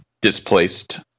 displaced